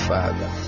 Father